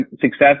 success